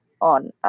on